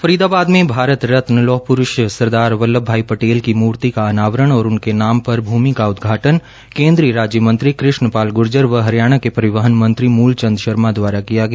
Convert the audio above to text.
फरीदाबाद में भारत रत्न लोह पुरूष सरदार बल्लभ भाई पटेल की मूर्ति का अनावरण और उनके नाम पर भूमि का उदघाटन केन्द्रीय राज्यमंत्री कृष्ण पाल गुर्जर व हरियाणा के परिवहन मंत्री मुलचंद शर्मा द्वारा किया गया